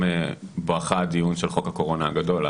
גם בואכה הדיון של חוק הקורונה הגדול,